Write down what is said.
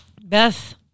Beth